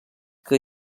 que